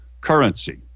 currency